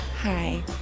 Hi